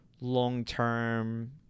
long-term